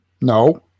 No